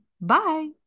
Bye